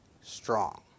strong